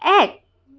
এক